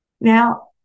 Now